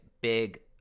big